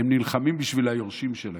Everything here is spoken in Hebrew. הם נלחמים בשביל היורשים שלהם.